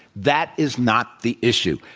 that is not the issue.